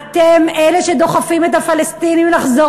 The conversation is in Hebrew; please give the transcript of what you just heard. אתם אלה שדוחפים את הפלסטינים לחזור